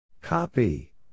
Copy